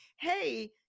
Hey